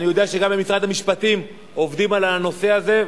אני יודע שגם במשרד המשפטים עובדים על הנושא הזה,